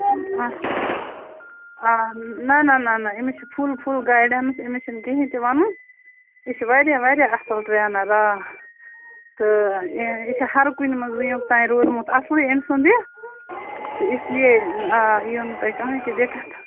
نہَ نہَ أمِس آ نہَ نہَ أمِس چھُ فُل فُل گایڈنس أمِس چھُ نہٕ کِہیٖنٛۍ تہِ ونُن یہ چھُ واریاہ واریاہ اَصٕل ٹرٮ۪نر آ تہٕ یہِ چھُ ہر کُنہِ منٛز وُنٮ۪کتام روٗدمت اَصٕلے أمۍ سُنٛد یہِ تہٕ اِس لیے آ ییو نہٕ تۄہہِ کٕہیٖنٛۍ تہِ دِقعت